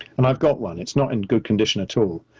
and i've got one it's not in good condition at all,